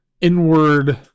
inward